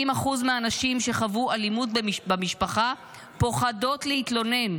70% מהנשים שחוו אלימות במשפחה פוחדות להתלונן,